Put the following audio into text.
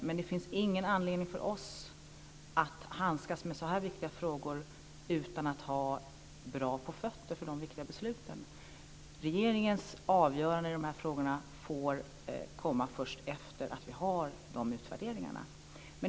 Men det finns ingen anledning för oss att handskas med så här viktiga frågor utan att ha bra på fötterna när vi fattar de viktiga besluten. Regeringens avgörande i de här frågorna får komma först efter det att vi har de utvärderingarna.